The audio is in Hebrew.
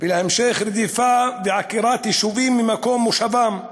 ולהמשך רדיפת ועקירת יישובים ממקום מושבם.